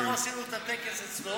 אנחנו עשינו את הטקס אצלו.